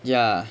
ya